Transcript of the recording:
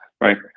Right